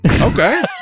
okay